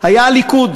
היה הליכוד,